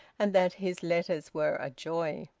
and that his letters were a joy.